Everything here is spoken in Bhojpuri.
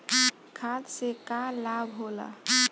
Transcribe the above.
खाद्य से का लाभ होला?